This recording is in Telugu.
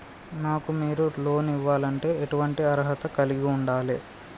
నాకు మీరు లోన్ ఇవ్వాలంటే ఎటువంటి అర్హత కలిగి వుండాలే?